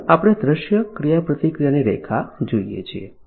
આગળ આપણે દ્રશ્ય ક્રિયાપ્રતિક્રિયાની રેખા જોઈએ છીએ